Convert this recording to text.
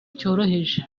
cyoroheje